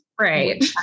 right